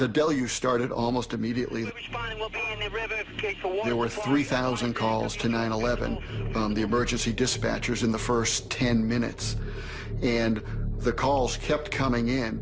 the deluge started almost immediately there were three a thousand calls to nine eleven on the emergency dispatchers in the first ten minutes and the calls kept coming in